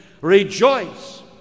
Rejoice